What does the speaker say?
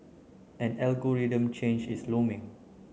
an algorithm change is looming